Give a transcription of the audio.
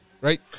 Right